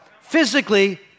Physically